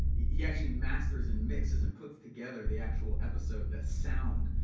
he actually masters and mixes and puts together the actual episode, the sound,